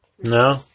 No